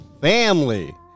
family